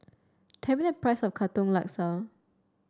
tell me the price of Katong Laksa